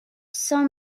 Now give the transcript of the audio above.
cent